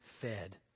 fed